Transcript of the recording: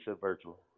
virtual